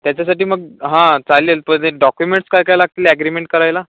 त्याच्यासाठी मग हां चालेल पण ते डॉक्युमेंट्स काय काय लागतील ॲग्रीमेंट करायला